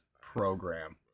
Program